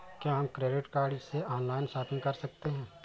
क्या हम credit card से ऑनलाइन शॉपिंग कर सकते हैं?